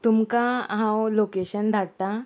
तुमकां हांव लोकेशन धाडटा